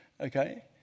Okay